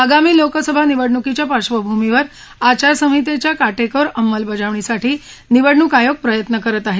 आगामी लोकसभा निवडणुकीच्या पार्श्वभूमीवर आचासंहितेच्या काटेकार अंमलबजावणीसाठी निवडणुक आयोग प्रयत्न करीत आहे